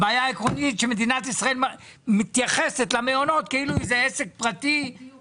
הבעיה העקרונית שמדינת ישראל מתייחסת למעונות כאילו זה עסק פרטי.